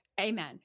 Amen